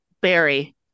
Barry